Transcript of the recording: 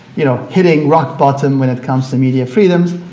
you know, hitting rock bottom when it comes to media freedoms.